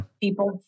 People